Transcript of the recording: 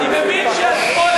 אני מבין שהשמאל,